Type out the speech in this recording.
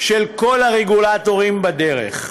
של כל הרגולטורים בדרך,